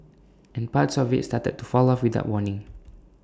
and parts of IT started to fall off without warning